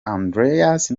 andreas